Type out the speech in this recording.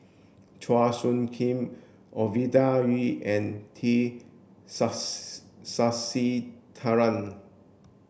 Chua Soo Khim Ovidia Yu and T Sasitharan